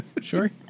sure